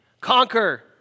conquer